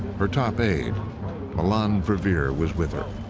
her top aide melanne verveer was with her.